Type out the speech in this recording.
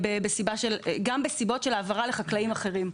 גם בסיבות של העברה לחקלאים אחרים.